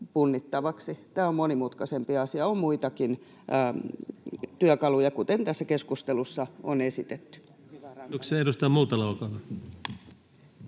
Tämä on monimutkaisempi asia. On muitakin työkaluja, kuten tässä keskustelussa on esitetty.